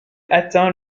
atteint